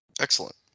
Excellent